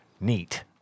neat